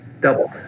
doubled